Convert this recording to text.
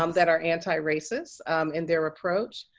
um that are antiracist in their approach.